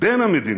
בין המדינות,